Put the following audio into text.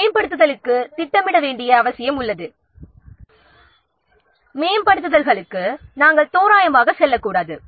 எனவே மேம்படுத்தல்களுக்குத் திட்டமிட வேண்டிய அவசியம் உள்ளது மேம்படுத்தல்களுக்கு நாம் தோராயமாக செல்லக்கூடாது